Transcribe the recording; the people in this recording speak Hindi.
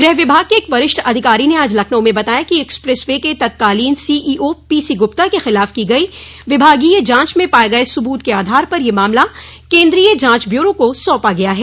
गृह विभाग के एक वरिष्ठ अधिकारी ने आज लखनऊ में बताया कि एक्सप्रेस वे के तत्कालीन सीईओ पीसी गुप्ता के खिलाफ की गई विभागीय जांच में पाये गये सबूत के आधार पर यह मामला केन्द्रीय जांच ब्यूरो को सौंपा गया है